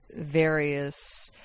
various